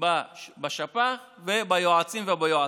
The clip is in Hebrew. בשפ"ח וביועצים וביועצות.